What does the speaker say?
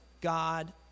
God